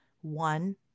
one